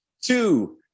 two